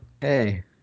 Hey